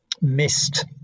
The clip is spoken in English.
missed